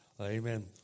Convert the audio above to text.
Amen